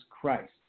Christ